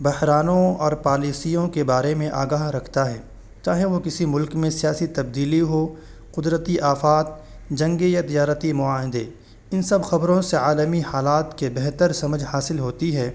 بحرانوں اور پالیسیوں کے بارے میں آگاہ رکھتا ہے چاہے وہ کسی ملک میں سیاسی تبدیلی ہو قدرتی آفات جنگی یا زیارتی معاہدے ان سب خبروں سے عالمی حالات کی بہتر سمجھ حاصل ہوتی ہے